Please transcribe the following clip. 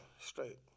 straight